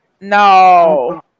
No